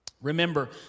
Remember